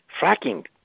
fracking